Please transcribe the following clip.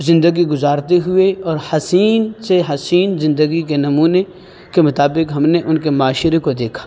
زندگی گزارتے ہوئے اور حسین سے حسین زندگی کے نمونے کے مطابق ہم نے ان کے معاشرے کو دیکھا